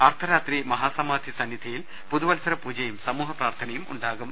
അർദ്ധരാത്രി മഹാസമാധി സന്നിധിയിൽ പുതുവത്സര പൂജയും സമൂഹപ്രാർത്ഥനയും ഉണ്ടാകും